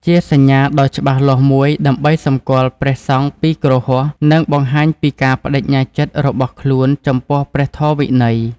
ជាសញ្ញាដ៏ច្បាស់លាស់មួយដើម្បីសម្គាល់ព្រះសង្ឃពីគ្រហស្ថ និងបង្ហាញពីការប្តេជ្ញាចិត្តរបស់ខ្លួនចំពោះព្រះធម៌វិន័យ។